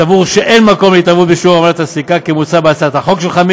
סבור שאין מקום להתערבות בשיעור עמלת הסליקה כמוצע בהצעת החוק שלך,